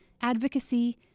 Advocacy